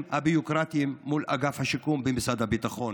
הביורוקרטיים מול אגף השיקום במשרד הביטחון.